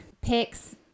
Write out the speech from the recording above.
picks